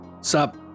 Sup